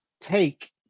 take